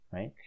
Right